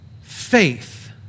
faith